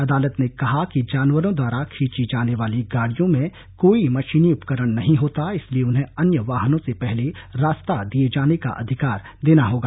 अदालत ने कहा कि जानवरों द्वारा खींची जाने वाली गाडियों में कोई मशीनी उपकरण नहीं होता इसलिए उन्हें अन्य वाहनों से पहले रास्ता दिये जाने का अधिकार देना होगा